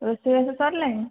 ରୋଷେଇବାସ ସରିଲାଣି